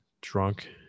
drunk